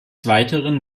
weiteren